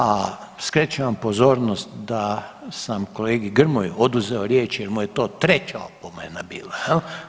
A skrećem vam pozornost da sam kolegi Grmoji oduzeo riječ jer mu je to 3. opomena bila, je li?